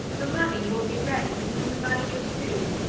the money will be ready when the money is due.